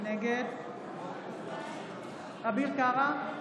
נגד אביר קארה,